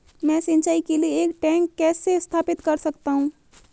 मैं सिंचाई के लिए एक टैंक कैसे स्थापित कर सकता हूँ?